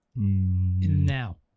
now